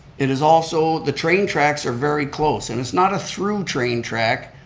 it is also the train tracks are very close, and it's not a through train track,